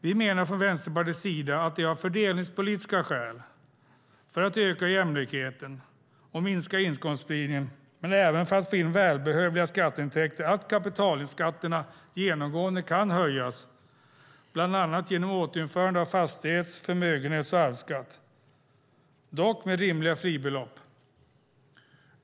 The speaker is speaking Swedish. Vi menar från Vänsterpartiets sida att det av fördelningspolitiska skäl, för att öka jämlikheten, minska inkomstspridningen men även för att få in välbehövliga skatteintäkter, att kapitalskatterna genomgående kan höjas, bland annat genom återinförande av fastighets-, förmögenhets och arvsskatt, dock med rimliga fribelopp.